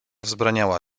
wzbraniała